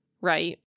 right